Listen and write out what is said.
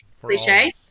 cliche